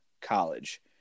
college